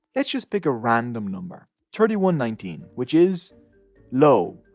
let's just pick a random number. thirty one nineteen which is lo!